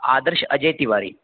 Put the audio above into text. आदर्शः अजयः तिवारि